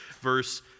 Verse